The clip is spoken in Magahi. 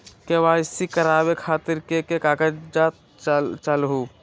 के.वाई.सी करवे खातीर के के कागजात चाहलु?